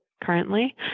currently